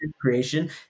creation